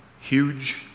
huge